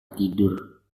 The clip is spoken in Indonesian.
tidur